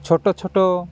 ଛୋଟ ଛୋଟ